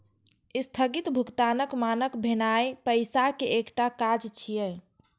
स्थगित भुगतानक मानक भेनाय पैसाक एकटा काज छियै